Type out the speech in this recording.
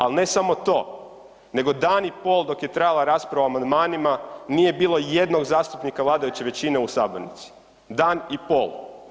Al ne samo to, nego dan i pol dok je trajala rasprava o amandmanima nije bilo jednog zastupnika vladajuće većine u sabornici, dan i pol.